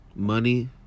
Money